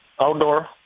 Outdoor